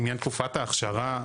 לעניין תקופת האכשרה,